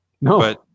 No